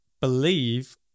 believe